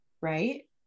Right